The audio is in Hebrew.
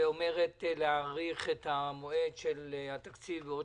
שאומרת להאריך את המועד של התקציב בעוד